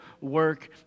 work